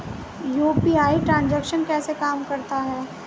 UPI transaction कैसे काम करता है?